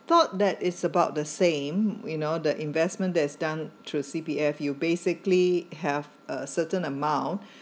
thought that is about the same you know the investment that is done through C_P_F you basically have a certain amount